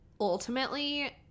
ultimately –